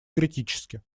критически